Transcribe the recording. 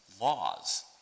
laws